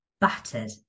battered